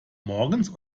morgens